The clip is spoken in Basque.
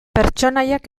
pertsonaiak